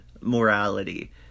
morality